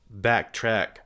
backtrack